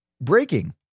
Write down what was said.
Breaking